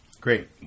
Great